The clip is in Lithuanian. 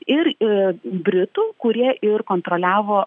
ir e britų kurie ir kontroliavo